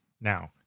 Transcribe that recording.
Now